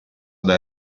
dai